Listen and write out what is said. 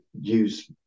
use